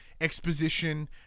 exposition